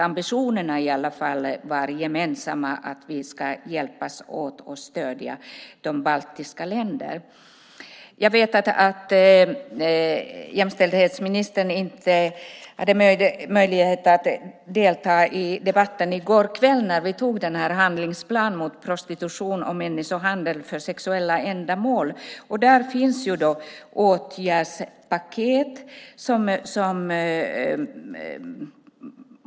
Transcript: Ambitionerna var i varje fall gemensamma att vi ska hjälpas åt och stödja de baltiska länderna. Jag vet att jämställdhetsministern inte hade möjlighet att delta i debatten i går kväll när vi antog handlingsplanen mot prostitution och människohandel för sexuella ändamål. Där finns många bra åtgärdspaket.